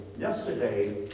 Yesterday